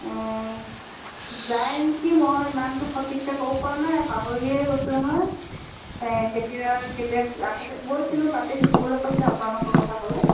অঁ যায় নেকি মই ইমানটো সঠিককৈ ক'ব পৰা নাই পাহৰিয়ে গৈছোঁ নহয় কেতিয়া কেতিয়া আগতে গৈছিলোঁ তাতে শিকিবলৈ কৈছে আপোনালোকৰ কথা ক'লে